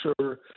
sure